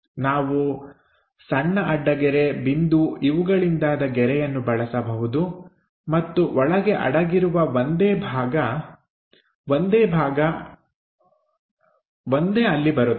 ನಾವು ಸಣ್ಣ ಅಡ್ಡಗೆರೆ ಬಿಂದು ಇವುಗಳಿಂದಾದ ಗೆರೆಯನ್ನು ಬಳಸಬಹುದು ಮತ್ತು ಒಳಗೆ ಅಡಗಿರುವ ಒಂದೇ ಭಾಗ ಒಂದೇ ಅಲ್ಲಿ ಬರುತ್ತದೆ